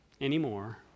anymore